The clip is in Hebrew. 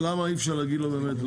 למה אי-אפשר להגיד לו באמת?